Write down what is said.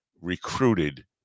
recruited